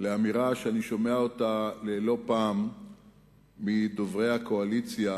לאמירה שאני שומע לא פעם מדוברי הקואליציה,